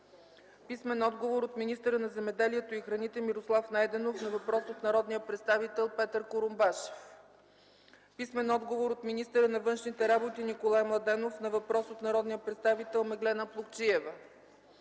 Курумбашев; - министъра на земеделието и храните Мирослав Найденов на въпрос от народния представител Петър Курумбашев; - министъра на външните работи Николай Младенов на въпрос от народния представител Меглена Плугчиева;